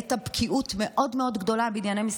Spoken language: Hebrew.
והראית בקיאות מאוד מאוד גדולה בענייני משרדך,